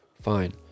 Fine